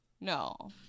No